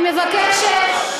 אני מבקשת,